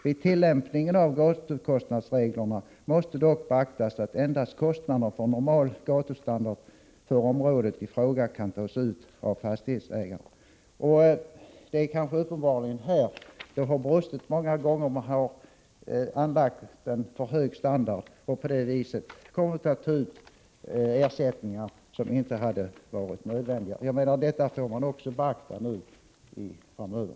Vid tillämpningen av gatukostnadsreglerna måste dock beaktas att endast kostnaderna för en normal gatustandard för området i fråga kan tas ut av fastighetsägarna.” Det är uppenbarligen många gånger som det har brustit i detta avseende. Man har tillämpat för hög standard och därigenom kommit att ta ut ersättningar som varit onödigt höga. Detta bör man ta hänsyn till framöver.